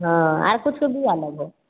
हँ आर किछुके बिआ लेबहो